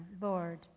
Lord